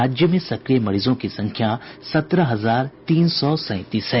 राज्य में सक्रिय मरीजों की संख्या सत्रह हजार तीन सौ सैंतीस है